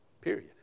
Period